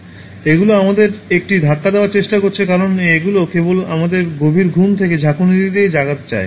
এগুলো আমাদের একটি ধাক্কা দেওয়ার চেষ্টা করেছে কারণ এগুলো কেবল আমাদের গভীর ঘুম থেকে ঝাঁকুনি দিয়ে জাগাতে চায়